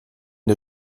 der